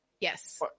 Yes